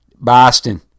Boston